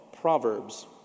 Proverbs